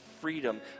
freedom